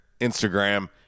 Instagram